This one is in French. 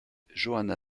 joanna